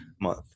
month